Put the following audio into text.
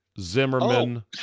Zimmerman